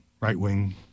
right-wing